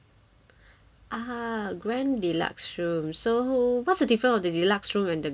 ah grand deluxe room so what's the difference of deluxe room and the grand deluxe room